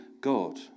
God